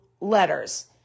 letters